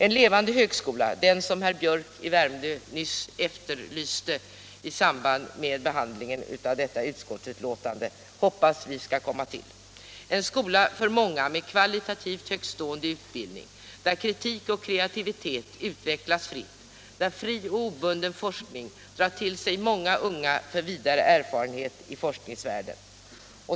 En levande högskola, som herr Biörck i Värmdö nyss efterlyste i samband med behandlingen av detta utskottsbetänkande, hoppas vi skall komma till — en skola för många, med kvalitativt högstående utbildning, där kritik och kreativitet utvecklas fritt, där fri och obunden forskning drar till sig många unga för vidare erfarenheter i forskningsvärlden.